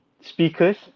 speakers